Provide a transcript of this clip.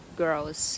girls